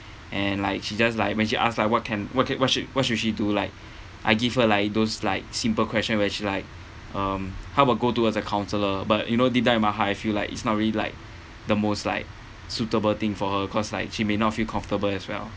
and like she just like when she ask ah what can what can what should what should she do like I give her like those like simple question which like um how about go towards a counsellor but you know deep down in my heart I feel like it's not really like the most like suitable thing for her cause like she may not feel comfortable as well